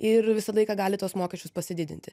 ir visą laiką gali tuos mokesčius pasididinti